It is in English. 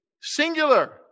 singular